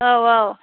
औ औ